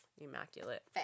immaculate